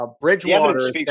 Bridgewater